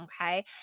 okay